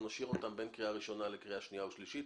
אנחנו נשאיר אותם לדיון בין הקריאה הראשונה לקריאה השנייה והשלישית.